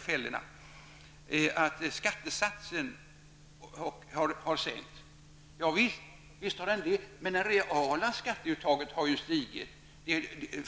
fällorna. Han säger att skattesatsen har sänkts. Men det reala skattuttaget har ju stigit.